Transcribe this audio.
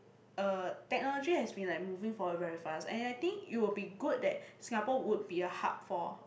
uh technology has been like moving forward very fast and I think it will be good that Singapore would be a hub for